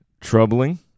troubling